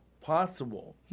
possible